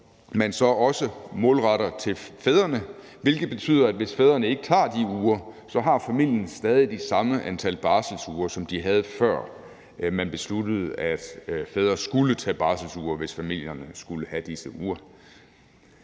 også målretter til fædrene, hvilket betyder, at hvis fædrene ikke tager de uger, har familien stadig det samme antal barselsuger, som de havde, før man besluttede, at fædre skulle tage barselsuger, hvis familierne skulle have disse uger.